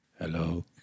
Hello